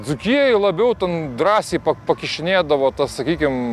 dzūkijoj labiau drąsiai pa pakišinėdavo sakykim